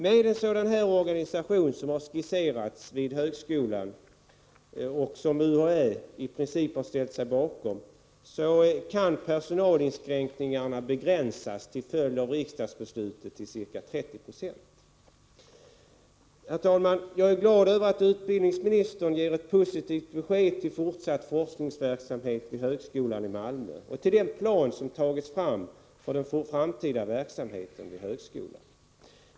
Med en sådan organisation, som har skisserats vid högskolan och som UHÄ i princip har ställt sig bakom, kan personalinskränkningarna till följd av riksdagsbeslutet begränsas till ca 30 90. Herr talman! Jag är glad över att utbildningsministern ger ett positivt besked när det gäller fortsatt forskningsverksamhet vid högskolan i Malmö och när det gäller den plan som tagits fram för den fortsatta verksamheten vid högskolan.